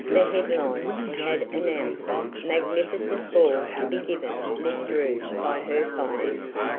the headlines had announced magnificent ball to be given miss drew by her finance,